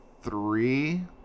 three